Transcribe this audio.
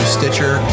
Stitcher